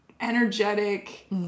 energetic